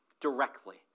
directly